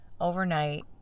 overnight